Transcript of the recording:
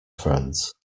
friends